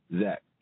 Zach